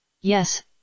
Yes